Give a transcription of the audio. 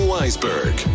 Weisberg